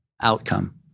outcome